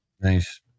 nice